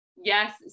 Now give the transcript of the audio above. Yes